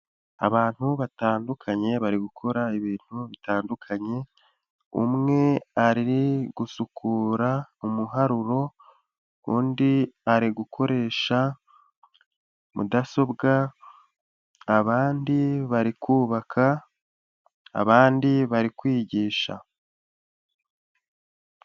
Abantu batandukanye bari gukora ibintu bitandukanye umwe ari gusukura umuharuro undi ari gukoresha mudasobwa, abandi bari kubaka abandi bari kwigisha.